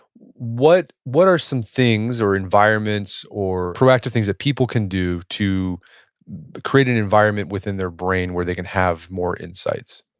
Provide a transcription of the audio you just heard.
what what are some things, or environments, or proactive things that people can do to create an environment within their brain where they can have more insights?